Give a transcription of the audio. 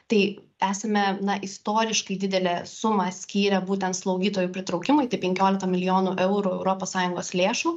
tai esame istoriškai didelę sumą skyrę būtent slaugytojų pritraukimui tai penkiolika milijonų eurų europos sąjungos lėšų